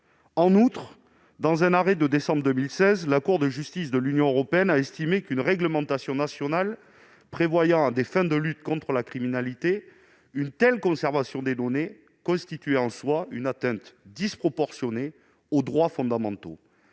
En outre, dans un arrêt du mois de décembre 2016, la Cour de justice de l'Union européenne a estimé qu'une réglementation nationale prévoyant, à des fins de lutte contre la criminalité, une telle conservation des données constituait en soi une atteinte disproportionnée aux droits fondamentaux.